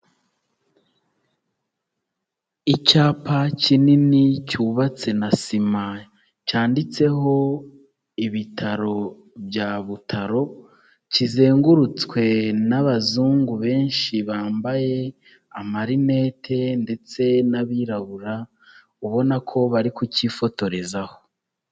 Icyapa kinini cyubatse na sima cyanditseho ibitaro bya Butaro kizengurutswe n'abazungu benshi bambaye amarinete ndetse n'abirabura, ubona ko bari kukifotorezaho.